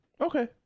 Okay